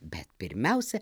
bet pirmiausia